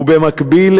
ובמקביל,